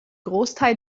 großteil